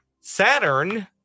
Saturn